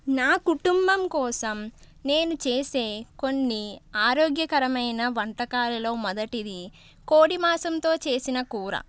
నా కుటుంబం కోసం నేను చేసే కొన్ని ఆరోగ్యకరమైన వంటకాలలో మొదటిది కోడి మాంసంతో చేసిన కూర